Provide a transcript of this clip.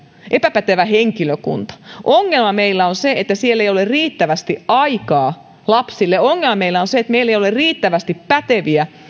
epäpätevä henkilökunta ongelma meillä on se että siellä ei ole riittävästi aikaa lapsille ongelma meillä on se että meillä ei ole riittävästi päteviä